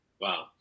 Wow